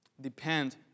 Depend